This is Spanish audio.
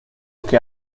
que